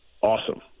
awesome